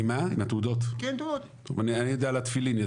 אני יודע על התפילין.